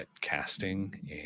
casting